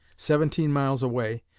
seventeen miles away,